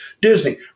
Disney